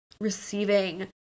receiving